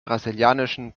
brasilianischen